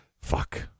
fuck